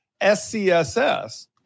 SCSS